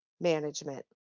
management